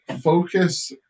focus